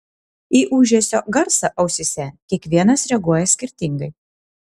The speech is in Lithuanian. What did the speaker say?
į ūžesio garsą ausyse kiekvienas reaguoja skirtingai